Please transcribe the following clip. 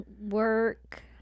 Work